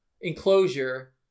enclosure